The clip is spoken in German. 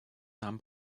nahm